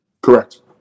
Correct